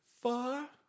Far